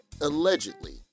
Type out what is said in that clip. Allegedly